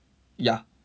ya